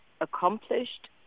accomplished